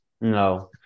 No